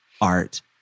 art